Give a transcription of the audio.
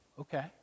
okay